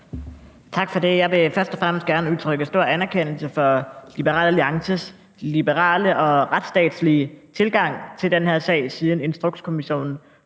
Tak for det. Jeg vil først og fremmest gerne udtrykke stor anerkendelse for Liberal Alliances liberale og retsstatslige tilgang til den her sag, siden Instrukskommissionen